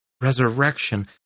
resurrection